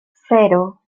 cero